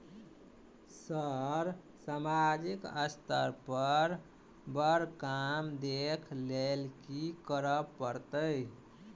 Sir सामाजिक स्तर पर बर काम देख लैलकी करऽ परतै?